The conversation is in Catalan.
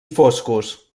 foscos